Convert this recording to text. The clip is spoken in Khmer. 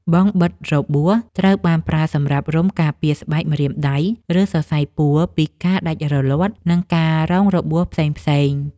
បង់បិទរបួស ត្រូវបានប្រើសម្រាប់រុំការពារស្បែកម្រាមដៃ ឬសរសៃពួរពីការដាច់រលាត់ និងការរងរបួសផ្សេងៗ។